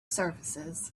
surfaces